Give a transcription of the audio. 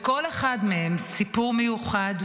לכל אחד מהם סיפור מיוחד,